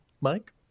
mike